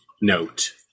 note